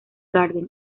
garden